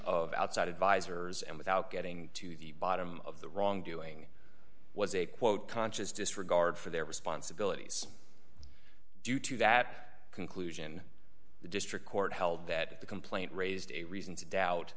of outside advisors and without getting to the bottom of the wrongdoing was a quote conscious disregard for their responsibilities due to that conclusion the district court held that the complaint raised a reason to doubt